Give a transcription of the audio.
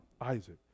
Isaac